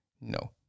no